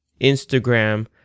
Instagram